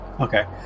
okay